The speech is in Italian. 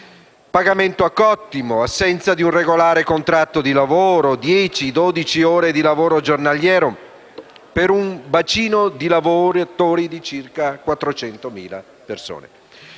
Pagamento a cottimo, assenza di un regolare contratto di lavoro, dieci o dodici ore di lavoro giornaliero, per un bacino di lavoratori di circa 400.000 persone.